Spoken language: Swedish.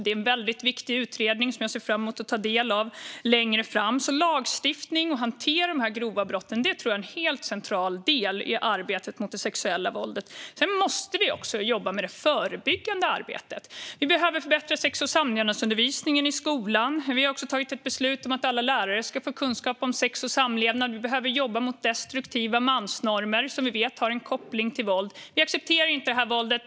Det är en väldigt viktig utredning som jag ser fram emot att ta del av längre fram. Lagstiftning och hantering av dessa grova brott tror jag är en helt central del i arbetet mot det sexuella våldet. Vi måste också jobba förebyggande. Vi behöver förbättra sex och samlevnadsundervisningen i skolan. Vi har tagit ett beslut om att alla lärare ska få kunskap om sex och samlevnad. Vi behöver också jobba mot destruktiva mansnormer, som vi vet har en koppling till våld. Vi accepterar inte det här våldet.